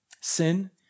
Sin